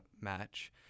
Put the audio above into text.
match